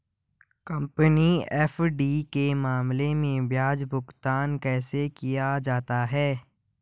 Company FD के मामले में ब्याज भुगतान कैसे किया जाता है?